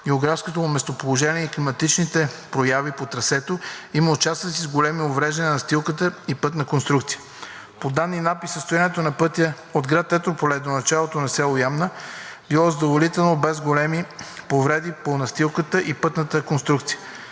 географското му местоположение и климатичните прояви по трасето има участъци с големи увреждания на настилката и пътната конструкция. По данни на АПИ състоянието на пътя от град Етрополе до началото на село Ямна било задоволително без големи повреди по настилката и пътната конструкция.